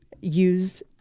use